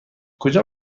کجا